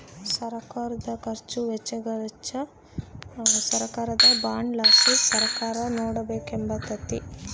ಸರ್ಕಾರುದ ಖರ್ಚು ವೆಚ್ಚಗಳಿಚ್ಚೆಲಿ ಸರ್ಕಾರದ ಬಾಂಡ್ ಲಾಸಿ ಸರ್ಕಾರ ನೋಡಿಕೆಂಬಕತ್ತತೆ